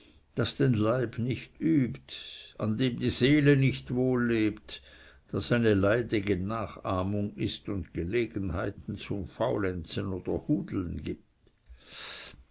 das den leib nicht übt an dem die seele nicht wohl lebt das eine leidige nachahmung ist und gelegenheiten zum faulenzen oder hudeln gibt